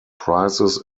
prizes